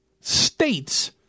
states